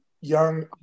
young